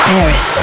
Paris